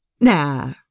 Nah